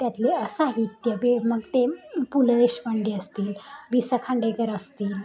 त्यातले साहित्य बे मग ते पु ल देशपांडे असतील वि स खांडेकर असतील